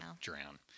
drown